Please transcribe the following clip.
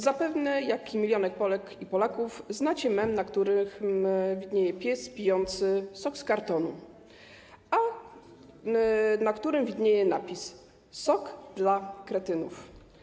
Zapewne jak i miliony Polek i Polaków znacie mem, na którym widnieje pies pijący sok z kartonu, na którym jest napis: sok dla kretynów.